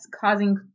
causing